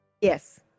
yes